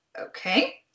okay